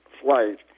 flight